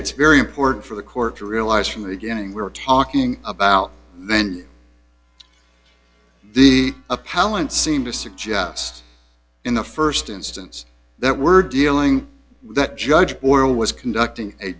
it's very important for the court to realize from the beginning we were talking about then the appellant seemed to suggest in the st instance that we're dealing with a judge or was conducting a